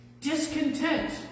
Discontent